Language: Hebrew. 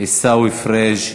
עיסאווי פריג'.